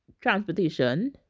transportation